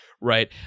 right